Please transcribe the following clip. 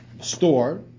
store